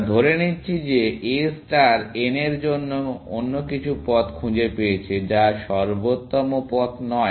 আমরা ধরে নিচ্ছি যে A ষ্টার n এর জন্য অন্য কিছু পথ খুঁজে পেয়েছে যা সর্বোত্তম পথ নয়